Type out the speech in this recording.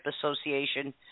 Association